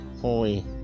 holy